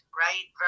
right